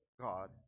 God